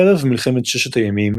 ערב מלחמת ששת הימים,